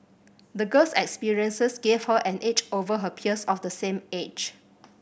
the girl's experiences gave her an edge over her peers of the same age